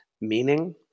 meaning